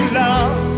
love